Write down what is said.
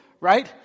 right